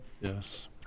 Yes